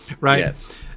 right